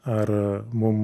ar mum